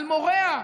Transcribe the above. על מוריה,